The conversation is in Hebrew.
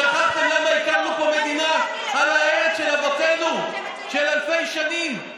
שכחתם למה הקמנו פה מדינה בארץ של אבותינו זה אלפי שנים?